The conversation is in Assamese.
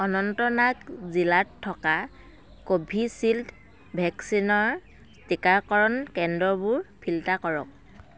অনন্তনাগ জিলাত থকা কোভিচিল্ড ভেকচিনৰ টিকাকৰণ কেন্দ্ৰবোৰ ফিল্টাৰ কৰক